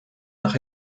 nach